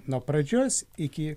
nuo pradžios iki